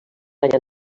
l’any